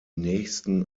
nächsten